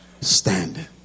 standing